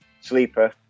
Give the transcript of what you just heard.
sleeper